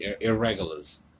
irregulars